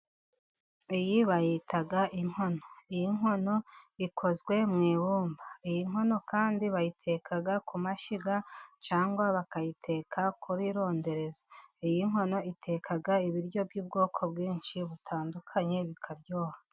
Iyi bayita inkono, iyi nkono ikozwe mu ibumba, iyi nkono kandi bayiteka ku mashyiga cyangwa bakayiteka kuri rondereza, iyi nkono iteka ibiryo by'ubwoko bwinshi butandukanye, bukaryoha.